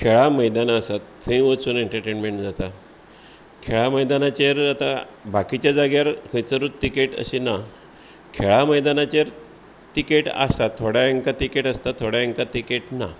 खेळां मैदाना आसात थंय वचून एनटर्टेनमॅंट जाता खेळां मैदानाचेर आतां बाकीचे जाग्यार खंयसरूच टिकेट अशी ना खेळा मैदानाचेर तिकेट आसा थोड्यांक तिकेट आसता थोड्यांक तिकेट ना